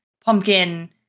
pumpkin